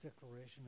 declaration